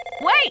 Wait